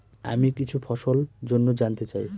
আমি কিছু ফসল জন্য জানতে চাই